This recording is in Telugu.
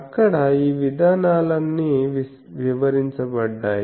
అక్కడ ఈ విధానాలన్ని వివరించబడ్డాయి